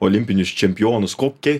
olimpinius čempionus kokia